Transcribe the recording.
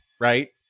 right